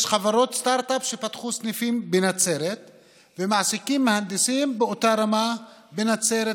יש חברות סטרטאפ שפתחו סניפים בנצרת ומעסיקים מהנדסים באותה רמה בנצרת,